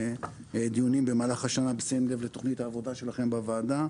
דיונים במהלך השנה בשים לב לתכנית שלכם בעבודה,